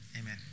Amen